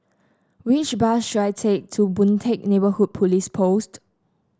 which bus should I take to Boon Teck Neighbourhood Police Post